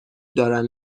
دارن